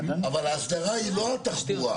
אבל האסדרה היא לא תחבורה.